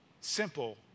simple